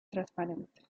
transparente